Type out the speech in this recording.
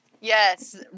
Yes